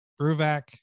Bruvac